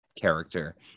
character